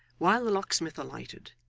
while the locksmith alighted,